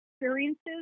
experiences